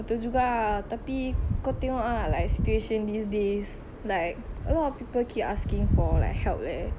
betul juga ah tapi kau tengok ah situation these days like a lot of people keep asking for help leh